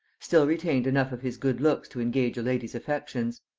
still retained enough of his good looks to engage a lady's affections.